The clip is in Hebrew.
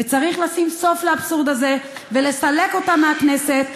וצריך לשים סוף לאבסורד הזה ולסלק אותה מהכנסת,